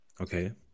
okay